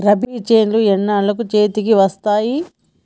రబీ చేలు ఎన్నాళ్ళకు చేతికి వస్తాయి?